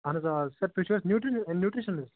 اَہَن حظ آ سَر تُہۍ چھُو حظ نیٛوٗ نیٛوٗٹریشَن حظ